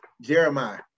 Jeremiah